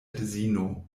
edzino